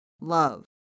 love